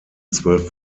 zwölf